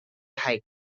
hike